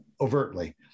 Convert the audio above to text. overtly